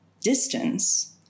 distance